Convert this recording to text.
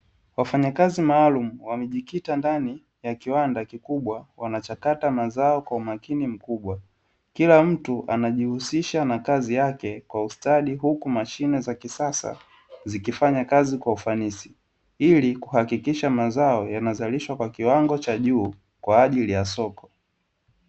Wafanyakazi maalumu wamejikita ndani ya kiwanda kikubwa, wanachakata mazao kwa umakini mkubwa, kila mtu anajihusisha na kazi yake kwa ustadi huku mashine za kisasa zikifanya kazi kwa ufanisi ili kuhakikisha mazao yanazalishwa kwa kiwango cha juu kwa ajili ya soko.